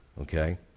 Okay